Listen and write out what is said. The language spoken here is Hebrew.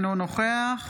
אינו נוכח